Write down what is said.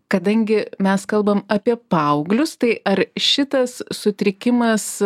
kadangi mes kalbam apie paauglius tai ar šitas sutrikimas